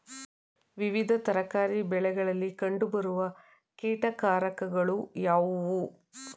ವಿವಿಧ ತರಕಾರಿ ಬೆಳೆಗಳಲ್ಲಿ ಕಂಡು ಬರುವ ಕೀಟಕಾರಕಗಳು ಯಾವುವು?